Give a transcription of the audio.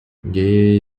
gaye